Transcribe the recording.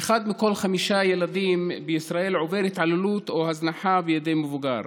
אחד מכל חמישה ילדים בישראל עובר התעללות או הזנחה בידי מבוגר.